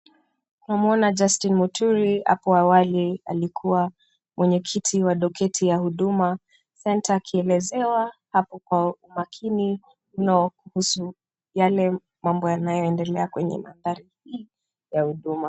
Tunamuona Justin Muturi hapo awali alikuwa mwenyekiti wa doketi ya huduma center akielezewa hapo kwa umakini leo kuhusu yale mambo yanayoendelea kwenye mandhari hii ya huduma.